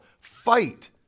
fight